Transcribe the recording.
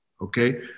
okay